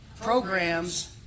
Programs